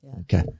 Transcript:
Okay